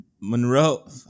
Monroe